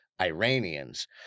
Iranians